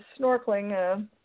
snorkeling